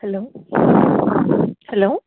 hello hello